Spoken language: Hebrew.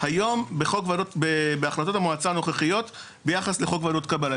היום בהחלטות המועצה הנוכחיות ביחס לחוק ועדות קבלה.